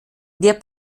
der